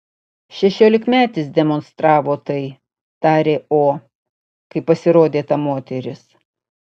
šešiolikmetis demonstravo tai tarė o kai pasirodė ta moteris